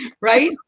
right